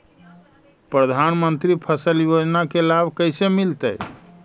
प्रधानमंत्री फसल योजना के लाभ कैसे मिलतै?